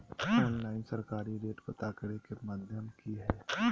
Online सरकारी rate पता करे के माध्यम की हय?